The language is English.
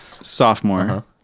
sophomore